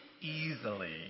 easily